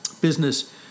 business